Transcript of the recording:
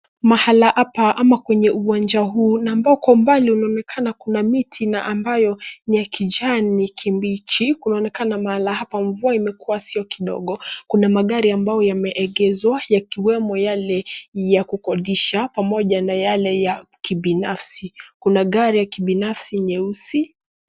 Mahala hapa ama kwenye uwanja huu na ambao uko mbali unaonekana kuna miti na ambayo ni ya kijani kibichi, kunaonekana mahala hapa mvua imekuwa sio kidogo, kuna magari ambayo yameegezwa yakiwemo yale ya kukodisha pamoja na yale ya kibinafsi. Kuna gari ya kibinafsi nyeusi.